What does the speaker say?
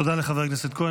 תודה לחבר הכנסת כהן.